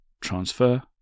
transfer